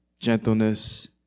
gentleness